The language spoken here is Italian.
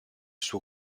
suo